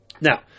Now